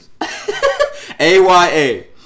A-Y-A